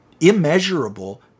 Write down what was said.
immeasurable